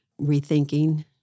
rethinking